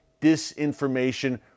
disinformation